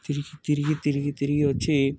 తిరిగి తిరిగి తిరిగి తిరిగి వచ్చి